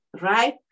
Right